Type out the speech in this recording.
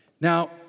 Now